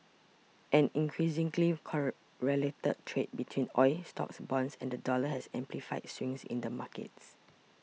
an increasingly correlated trade between oil stocks bonds and the dollar has amplified swings in the markets